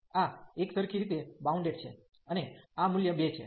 આ એકસરખી રીતે બાઉન્ડેડ છે અને આ મૂલ્ય 2 છે